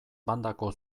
bandako